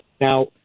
now